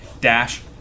dash